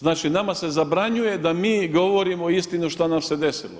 Znači nama se zabranjuje da mi govorimo istinu što nam se desilo.